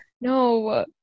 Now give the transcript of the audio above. No